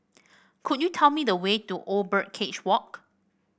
could you tell me the way to Old Birdcage Walk